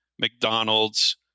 McDonald's